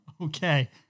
Okay